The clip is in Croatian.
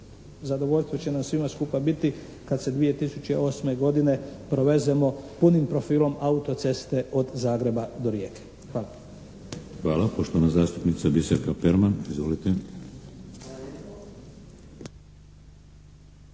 zadovoljstvo će nam svima skupa biti kad se 2008. godine provezemo punim profilom auto-ceste od Zagreba do Rijeke. Hvala.